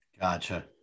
Gotcha